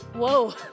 Whoa